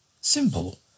Simple